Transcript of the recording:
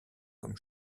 comme